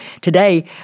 Today